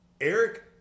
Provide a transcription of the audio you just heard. Eric